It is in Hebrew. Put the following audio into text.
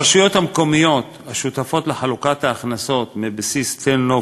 הרשויות המקומיות השותפות לחלוקת ההכנסות מבסיס תל-נוף